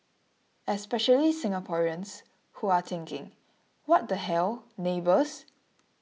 especially Singaporeans who are thinking what the hell neighbours